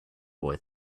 boy